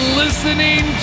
listening